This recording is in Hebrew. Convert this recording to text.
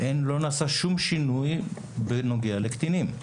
לא נעשה שום שינוי לגבי קטינים,